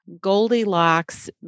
Goldilocks